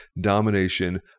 domination